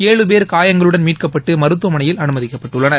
ஏழு பேர் காயங்களுடன் மீட்கப்பட்டு மருத்துவமனையில் அனுமதிக்கப்பட்டுள்ளனர்